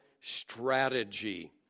strategy